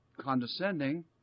condescending